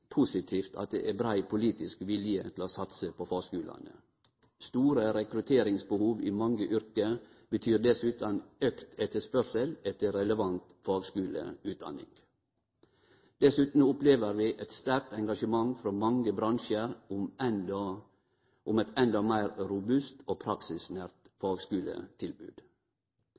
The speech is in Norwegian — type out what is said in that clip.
positivt at det er brei politisk vilje til å satse på fagskulane. Store rekrutteringsbehov i mange yrke betyr dessutan auka etterspørsel etter relevant fagskuleutdanning. Dessutan opplever vi eit sterkt engasjement frå mange bransjar for eit endå meir robust og praksisnært fagskuletilbod.